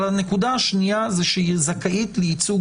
הנקודה השנייה היא, שהיא זכאית לסיוע